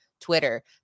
Twitter